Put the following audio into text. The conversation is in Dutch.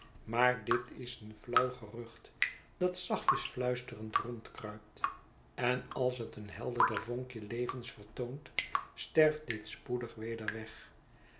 maar dit is een flauw gerucht dat zachtjes fluisterend rondkruipt en als het een helderder vonkje levens vertoont sterft dit spoedig weder weg